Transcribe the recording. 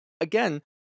again